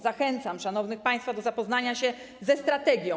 Zachęcam szanownych państwa do zapoznania się ze strategią.